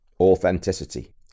authenticity